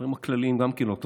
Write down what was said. הדברים הכלליים גם כן לא תופסים.